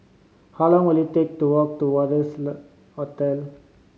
how long will it take to walk to Wanderlust Hotel